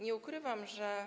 Nie ukrywam, że